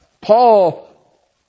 Paul